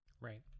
right